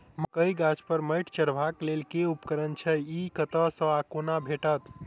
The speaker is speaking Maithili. मकई गाछ पर मैंट चढ़ेबाक लेल केँ उपकरण छै? ई कतह सऽ आ कोना भेटत?